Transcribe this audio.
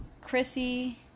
Chrissy